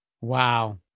Wow